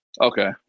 Okay